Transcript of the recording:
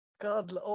God